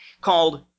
called